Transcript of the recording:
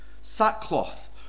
sackcloth